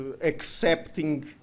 accepting